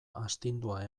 astindua